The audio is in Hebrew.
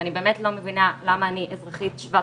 ואני באמת לא מבינה למה אני אזרחית שוות